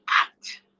act